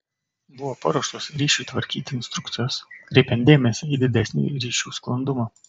buvo paruoštos ryšiui tvarkyti instrukcijos kreipiant dėmesį į didesnį ryšių sklandumą